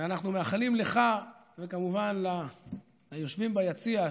ואנחנו מאחלים לך, וכמובן ליושבים ביציע,